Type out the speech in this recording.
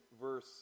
verse